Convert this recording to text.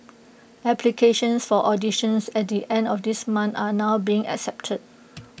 applications for auditions at the end of this month are now being accepted